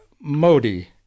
Modi